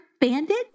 bandit